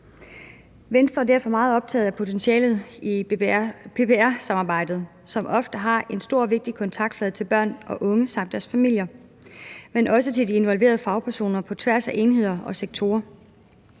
Venstre er derfor meget optaget af potentialet i PPR-samarbejdet, som ofte har en stor og vigtig kontaktflade til børn og unge samt deres familier, men også til de involverede fagpersoner på tværs af enheder og sektorer.